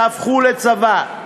שהפכו לצבא.